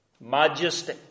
majesty